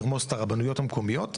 לרמוס את הרבנויות המקומיות.